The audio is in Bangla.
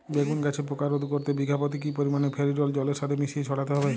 বেগুন গাছে পোকা রোধ করতে বিঘা পতি কি পরিমাণে ফেরিডোল জলের সাথে মিশিয়ে ছড়াতে হবে?